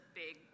big